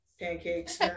pancakes